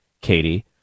katie